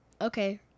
Okay